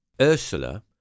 Ursula